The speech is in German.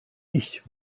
ich